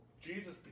Jesus